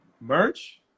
merch